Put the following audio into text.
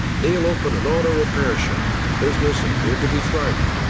neil opened an auto repair shop, and business appeared to be thriving.